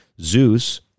Zeus